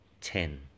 Ten